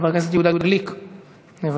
חבר הכנסת יהודה גליק, מוותר.